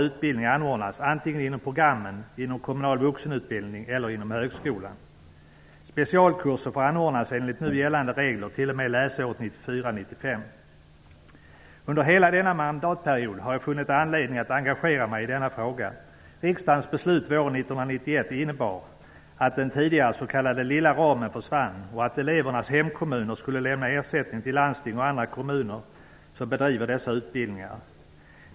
Under hela denna mandatperiod har jag funnit anledning att engagera mig i denna fråga. Riksdagens beslut våren 1991 innebar att den tidigare så kallade ''lilla ramen'' försvann och att elevernas hemkommuner skulle lämna ersättning till landsting och andra kommuner som bedriver dessa utbildningar.